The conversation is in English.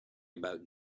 about